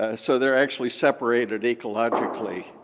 ah so they're actually separated ecologically.